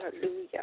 Hallelujah